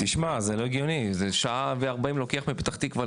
זה לא הגיוני זה לוקח 1:40 שעות להגיע מפתח-תקווה.